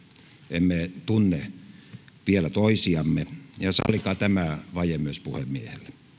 emme tunne vielä toisiamme ja sallikaa tämä vaje myös puhemiehelle